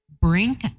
brink